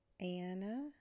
Anna